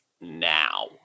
now